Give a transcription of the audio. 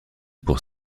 pour